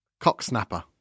cocksnapper